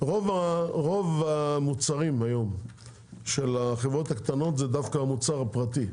רוב המוצרים היום של החברות הקטנות הם דווקא מוצרים פרטיים,